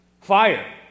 fire